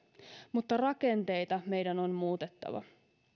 mutta rakenteita meidän on muutettava